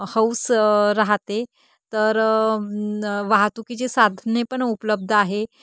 हौस राहते तर वाहतुकीची साधने पण उपलब्ध आहे